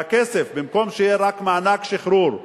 שהכסף, במקום שיהיה רק מענק שחרור,